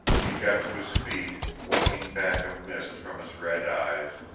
he got to his feet, winking back a mist from his red eyes,